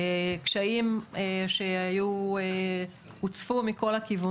קשיים שהיו, הצופו מכל הכיוונים.